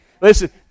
Listen